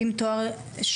זה לימודי תואר שלישי?